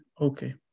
Okay